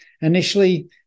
initially